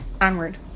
onward